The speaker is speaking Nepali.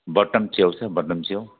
बटन च्याउ छ बटन च्याउ